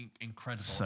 incredible